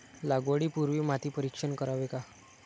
लागवडी पूर्वी माती परीक्षण करावे का?